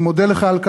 אני מודה לך על כך,